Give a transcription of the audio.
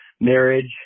Marriage